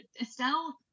Estelle